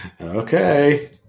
Okay